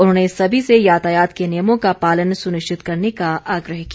उन्होंने सभी से यातायात के नियमों का पालन सुनिश्चित करने का आग्रह किया